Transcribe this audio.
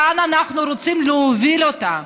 לאן אנחנו רוצים להוביל אותה,